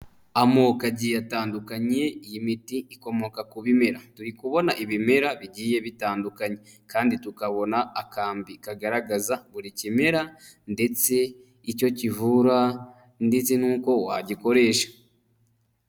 Amoka agiye atandukanye y'imiti ikomoka ku bimera, turi kubona ibimera bigiye bitandukanye kandi tukabona akambi kagaragaza buri kimera ndetse icyo kivura ndetse n'uko wagikoresha.